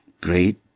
great